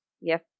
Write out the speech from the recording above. yes